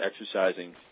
exercising